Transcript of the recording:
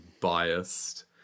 biased